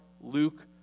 Luke